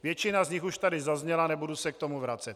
Většina z nich už tady zazněla, nebudu se k tomu vracet.